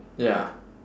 ya